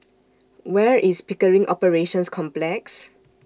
Where IS Pickering Operations Complex